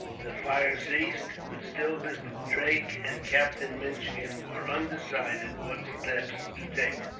the fire ceased, but still mr. drake and captain minchin were undecided what steps to take.